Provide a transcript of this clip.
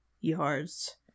yards